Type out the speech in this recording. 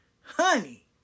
Honey